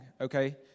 okay